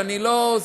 ואני לא,